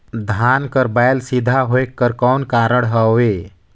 धान कर बायल सीधा होयक कर कौन कारण हवे?